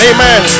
Amen